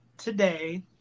Today